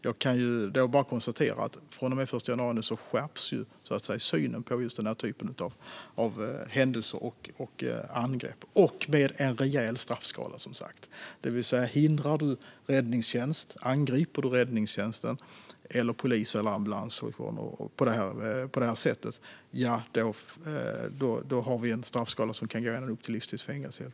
Jag kan bara konstatera att från och med den 1 januari skärps, så att säga, synen på just denna typ av händelser och angrepp. Och det är en rejäl straffskala, som sagt. Angriper du räddningstjänst, polis eller ambulans på detta sätt har vi en straffskala som kan ge ända upp till livstids fängelse.